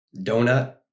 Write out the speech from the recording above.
Donut